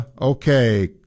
Okay